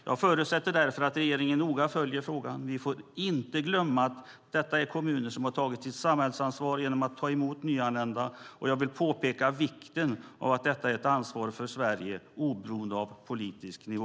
Jag förutsätter därför att regeringen noga följer frågan. Vi får inte glömma att det är kommuner som tagit sitt samhällsansvar genom att ta emot nyanlända. Jag vill påpeka vikten av att detta är ett ansvar för Sverige oberoende av politisk nivå.